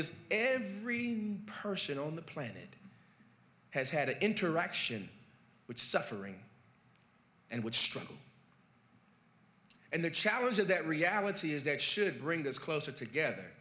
is every person on the planet has had an interaction which suffering and which struggle and the challenge of that reality is that should bring us closer together